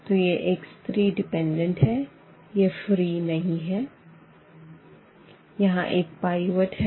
तो यह x3 आश्रित है यह फ्री नहीं है यहाँ एक पाइवट है